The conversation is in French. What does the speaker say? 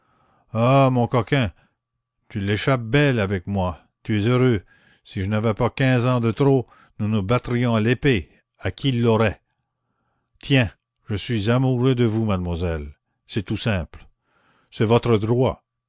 ah mon coquin tu l'échappes belle avec moi tu es heureux si je n'avais pas quinze ans de trop nous nous battrions à l'épée à qui l'aurait tiens je suis amoureux de vous mademoiselle c'est tout simple c'est votre droit